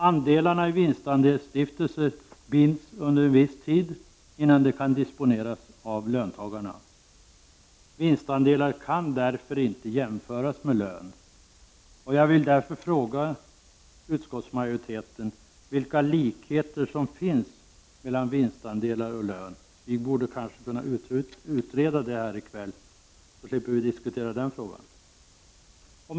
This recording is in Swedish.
Andelarna i en vinstandelsstiftelse binds under en viss tid innan de kan disponeras av löntagarna. Vinstandelar kan följaktligen inte jämföras med lön. Jag vill därför fråga utskottsmajoriteten vilka likheter som finns mellan vinstandelar och lön. Vi borde kunna utreda detta i kväll, så slipper vi diskutera den frågan senare.